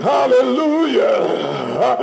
Hallelujah